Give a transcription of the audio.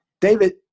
David